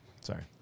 Sorry